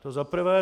To za prvé.